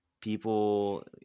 people